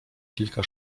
kilka